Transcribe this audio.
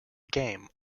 game